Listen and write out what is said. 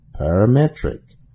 parametric